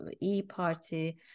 E-party